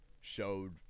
showed